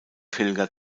pilger